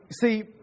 See